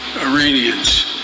Iranians